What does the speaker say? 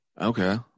Okay